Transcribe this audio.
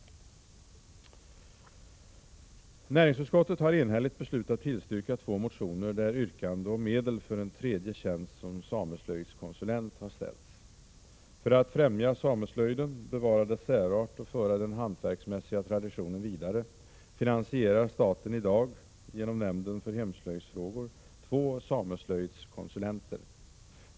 Näringsutskottet har enhälligt beslutat tillstyrka två motioner, där yrkande om medel för en tredje tjänst som sameslöjdskonsulent har ställts. För att främja sameslöjden, bevara dess särart och föra den hantverksmässiga traditionen vidare, finansierar staten i dag — genom Nämnden för hemslöjdsfrågor — två sameslöjdskonsulenter.